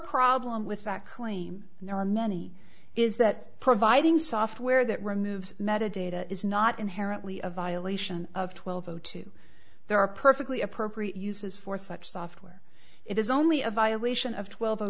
problem with that claim and there are many is that providing software that removes metadata is not inherently a violation of twelve o two there are perfectly appropriate uses for such software it is only a violation of twelve o